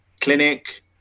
clinic